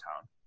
town